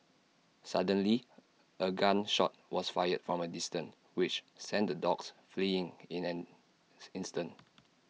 suddenly A gun shot was fired from A distance which sent the dogs fleeing in an instant